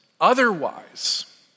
Otherwise